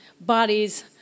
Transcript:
bodies